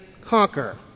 conquer